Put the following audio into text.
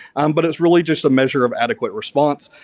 um but, it's really just a measure of adequate response.